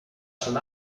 schon